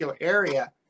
area